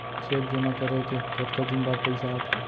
Cheque जेमा करें के कतका दिन बाद पइसा आप ही?